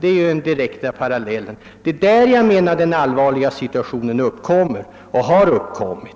Det vore en direkt parallell till det vi nu upplever på vissa håll inom näringslivet.